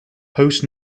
post